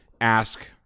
ask